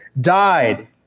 died